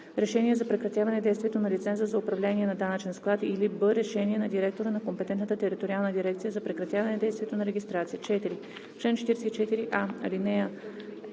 решение за прекратяване действието на лиценза за управление на данъчен склад, или б) решение на директора на компетентната териториална дирекция за прекратяване действието на регистрация.“ 4. В чл. 44: